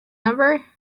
number